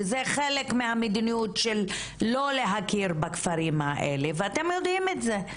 וזה חלק מהמדיניות של לא להכיר בכפרים האלה ואתם יודעים את זה.